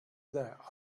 that